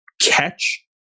catch